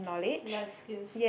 life skills